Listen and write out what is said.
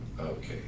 Okay